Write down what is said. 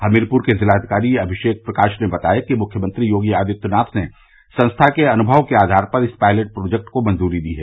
हमीरपुर के ज़िलाधिकारी अमिषेक प्रकाश ने बताया कि मुख्यमंत्री योगी आदित्यनाथ ने संस्था के अनुभव के आधार पर इस पायलेट प्रोजेक्ट को मंजूरी दी है